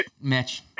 Mitch